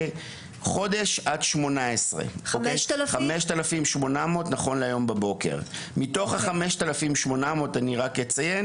חודש עד 18. מתוך ה-5,800 אני רק אציין